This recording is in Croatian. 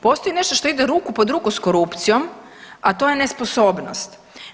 Postoji nešto što ide ruku pod ruku s korupcijom, a to je nesposobnost.